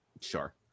Sure